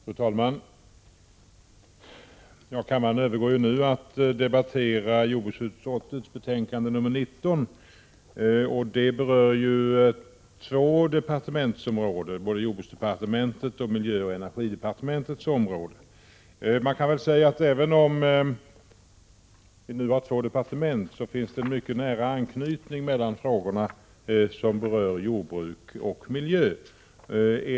Fru talman! Kammaren övergår nu till att debattera jordbruksutskottets betänkande 19, som berör två departementsområden, både jordbruksdepartementets och miljöoch energidepartementets område. Även om det är två departement som berörs, finns det en mycket nära anknytning mellan de frågor som gäller jordbruk och miljö.